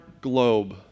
globe